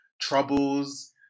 Troubles